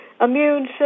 immune